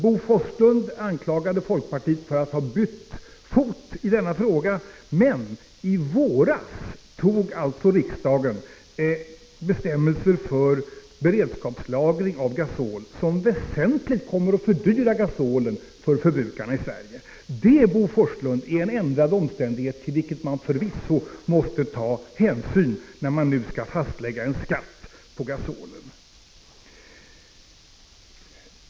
Bo Forslund anklagade folkpartiet för att ha bytt fot i denna fråga, men i våras antog alltså riksdagen bestämmelser om beredskapslagring av gasol som väsentligt kommer att fördyra gasolen för förbrukarna i Sverige. Det, Bo Forslund, är en ändrad omständighet till vilken man förvisso måste ta hänsyn när man nu skall fastlägga en skatt på gasolen.